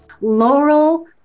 Laurel